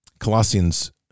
Colossians